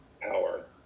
power